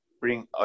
bring